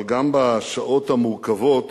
אבל גם בשעות המורכבות